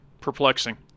perplexing